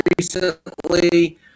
recently